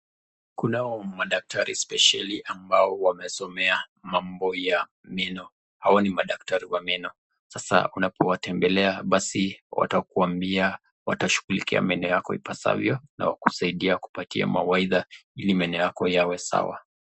Kunao madaktari spesheli ambao wamesomea mambo ya meno, hawa ni madaktari wa meno. Sasa unapowatembelea basi watakuambia, watashughulikia meno yako ipasavyo na wakusaidie wakupatie mawaidha, ili meno yako yawe sawa.